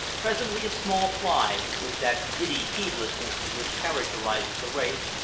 presently a small fly, with that giddy heedlessness which characterises the race,